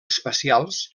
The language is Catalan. espacials